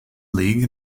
league